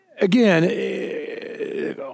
again